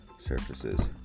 surfaces